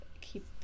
keep